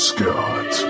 Scott